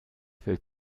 fällt